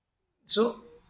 so